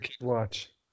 watch